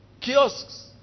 Kiosks